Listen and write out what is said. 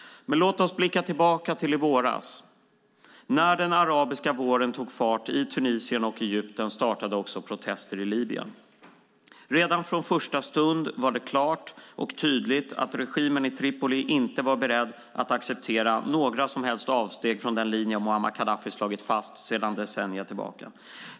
Låt oss blicka tillbaka till i våras. När den arabiska våren tog fart i Tunisien och Egypten startade också protester i Libyen. Redan från första stund var det klart och tydligt att regimen i Tripoli inte var beredd att acceptera några som helst avsteg från den linje Muammar Gaddafi slagit fast sedan decennier tillbaka.